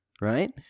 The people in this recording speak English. right